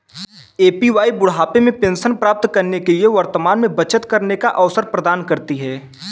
APY बुढ़ापे में pension प्राप्त करने के लिए वर्तमान में बचत करने का अवसर प्रदान करती है